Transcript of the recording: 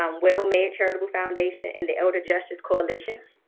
um well made charitable foundation, and the elder justice coalition.